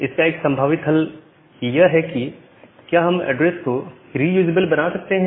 इसका एक संभावित हल यह है कि क्या हम एड्रेस को रीयूजेबल बना सकते हैं